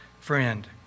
friend